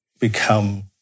become